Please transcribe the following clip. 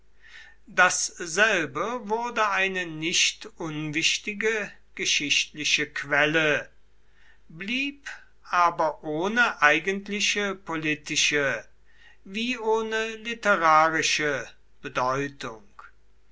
dasselbe wurde eine nicht unwichtige geschichtliche quelle blieb aber ohne eigentliche politische wie ohne literarische bedeutung